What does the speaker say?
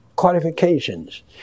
qualifications